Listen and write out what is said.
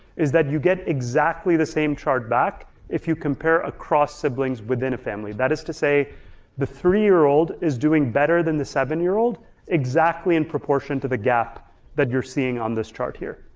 is that you get exactly the same chart back if you compare across siblings within a family. that is to say the three-year-old is doing better than the seven-year-old exactly in proportion to the gap that you're seeing on this chart here.